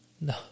No